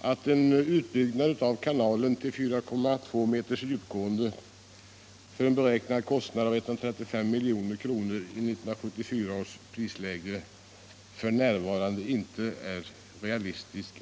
att en utbyggnad av kanalen till 4,2 m. djupgående till en beräknad kostnad av 135 milj.kr. med 1974 års prisläge f.n. inte är realistisk.